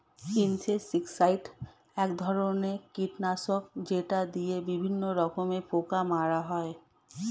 insecticide এক ধরনের কীটনাশক যেটা দিয়ে বিভিন্ন রকমের পোকা মারা হয়